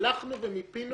הלכנו ומיפינו